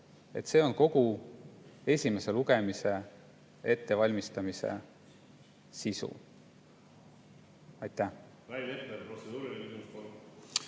See on kogu esimese lugemise ettevalmistamise sisu. Rain